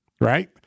right